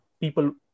people